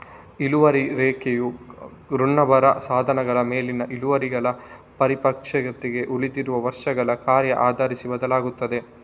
ಇಳುವರಿ ರೇಖೆಯು ಋಣಭಾರ ಸಾಧನಗಳ ಮೇಲಿನ ಇಳುವರಿಗಳು ಪರಿಪಕ್ವತೆಗೆ ಉಳಿದಿರುವ ವರ್ಷಗಳ ಕಾರ್ಯ ಆಧರಿಸಿ ಬದಲಾಗುತ್ತದೆ